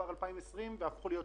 ועכשיו מורידים אותם ל-50%.